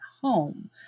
home